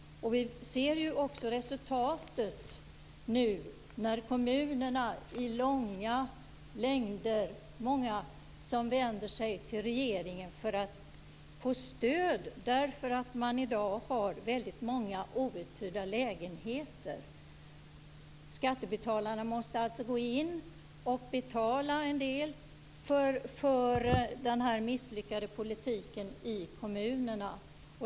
Vi ser nu också resultatet när kommunerna i långa rader vänder sig till regeringen för att få stöd därför att man i dag har väldigt många outhyrda lägenheter. Skattebetalarna måste alltså gå in och betala en del för den misslyckade politiken i kommunerna.